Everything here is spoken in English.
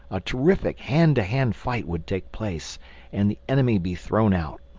a terrific hand-to-hand fight would take place and the enemy be thrown out.